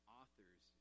authors